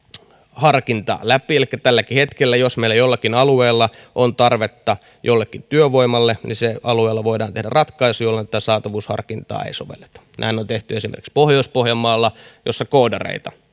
harkinta läpi eli tälläkin hetkellä jos meillä jollakin alueella on tarvetta jollekin työvoimalle sillä alueella voidaan tehdä ratkaisu että tätä saatavuusharkintaa ei sovelleta näin on tehty esimerkiksi pohjois pohjanmaalla jossa koodareita